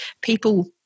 people